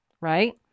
right